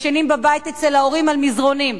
ישנים בבית אצל ההורים על מזרנים.